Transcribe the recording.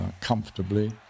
comfortably